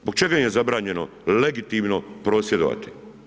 Zbog čega im je zabranjeno legitimno prosvjedovati?